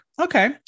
Okay